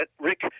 Rick